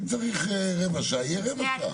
אם צריך רבע שעה, יהיה רבע שעה.